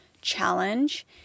challenge